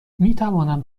میتوانم